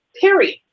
period